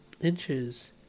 inches